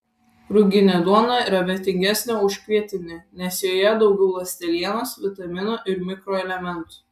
ruginė duona yra vertingesnė už kvietinę nes joje daugiau ląstelienos vitaminų ir mikroelementų